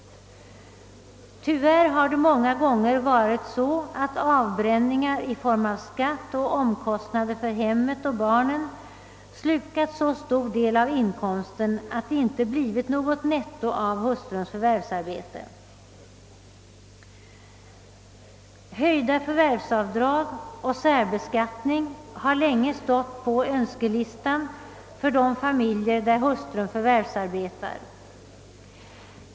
Tyvärr har avbränningar i form av skatt och omkostnader för hemmet och barnen många gånger slukat så stor del av inkomsten att det inte har blivit något netto av hustruns förvärvsarbete. ning har länge stått på önskelistan för de familjer där hustrun förvärvsarbetar.